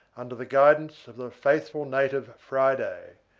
under the guidance of the faithful native friday,